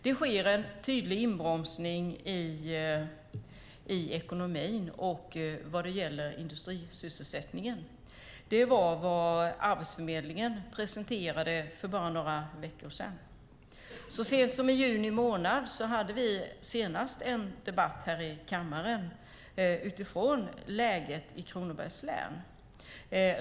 Det sker en tydlig inbromsning i ekonomin och industrisysselsättningen. Det var vad Arbetsförmedlingen presenterade för bara några veckor sedan. Så sent som i juni hade vi senast debatt här i kammaren om läget i Kronobergs län.